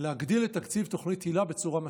להגדיל את תקציב תוכנית היל"ה בצורה משמעותית.